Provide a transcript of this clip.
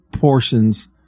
portions